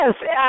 Yes